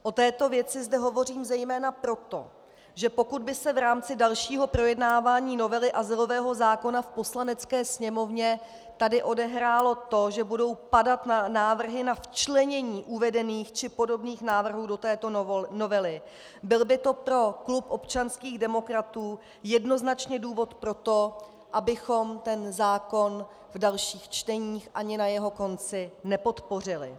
O této věci zde hovořím zejména proto, že pokud by se v rámci dalšího projednávání novely azylového zákona v Poslanecké sněmovně tady odehrálo to, že budou padat návrhy na včlenění uvedených či podobných návrhů do této novely, byl by to pro klub občanských demokratů jednoznačně důvod pro to, abychom zákon v dalších čteních ani na jeho konci nepodpořili.